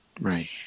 Right